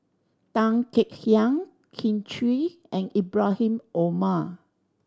Tan Kek Hiang Kin Chui and Ibrahim Omar